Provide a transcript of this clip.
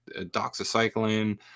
doxycycline